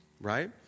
right